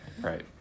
Right